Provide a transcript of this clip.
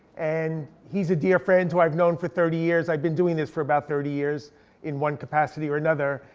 and he's a dear friend who i've known for thirty years. i've been doing this for about thirty years in one capacity or another.